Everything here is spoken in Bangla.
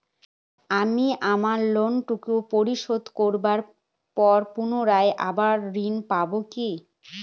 আমি আমার লোন টুকু পরিশোধ করবার পর পুনরায় আবার ঋণ পাবো কি?